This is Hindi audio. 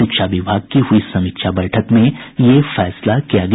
शिक्षा विभाग की हुई समीक्षा बैठक में यह फैसला किया गया